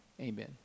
amen